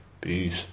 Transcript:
Peace